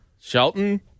Shelton